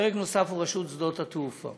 פרק נוסף הוא רשות שדות התעופה.